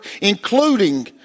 including